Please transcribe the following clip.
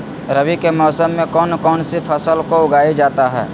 रवि के मौसम में कौन कौन सी फसल को उगाई जाता है?